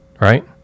right